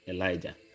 Elijah